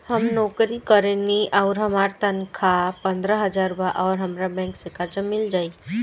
हम नौकरी करेनी आउर हमार तनख़ाह पंद्रह हज़ार बा और हमरा बैंक से कर्जा मिल जायी?